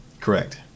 Correct